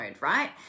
right